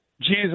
Jesus